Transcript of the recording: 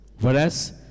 Whereas